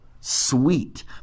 Sweet